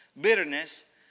bitterness